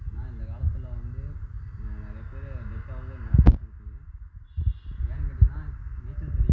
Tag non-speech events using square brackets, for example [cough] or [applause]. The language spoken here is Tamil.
ஏனால்இந்த காலத்தில் வந்து நிறைய பேர் டெத் ஆறது [unintelligible] கேட்டிங்கன்னால் ஏன்னு கேட்டிங்கன்னால் நீச்சல் தெரியாமல்